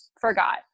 forgot